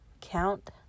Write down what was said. count